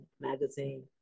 Magazine